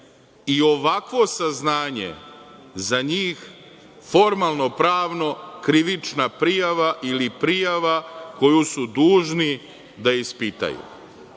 i ovakvo saznanje za njih formalno-pravno krivična prijava ili prijava koju su dužni da ispitaju,